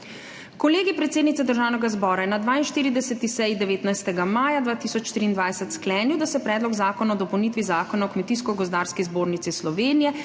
Kolegij predsednice Državnega zbora je na 42. seji 19. maja 2023 sklenil, da se Predlog zakona o dopolnitvi Zakona o Kmetijsko gozdarski zbornici Slovenije